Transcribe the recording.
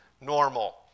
normal